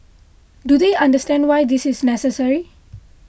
do they understand why this is necessary